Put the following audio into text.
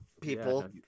people